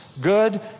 good